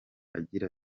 agira